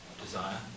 desire